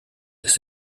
ist